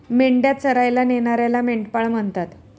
मेंढ्या चरायला नेणाऱ्याला मेंढपाळ म्हणतात